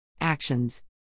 Actions